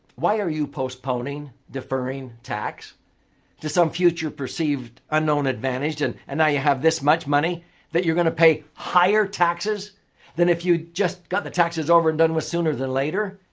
why are you postponing, deferring tax to some future perceived unknown advantage and and now you have this much money that you're going to pay higher taxes than if you just got the taxes over and done with sooner than later?